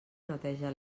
neteja